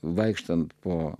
vaikštant po